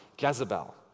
Jezebel